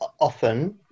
Often